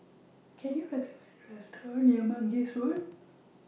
Can YOU recommend Me A Restaurant near Mangis Road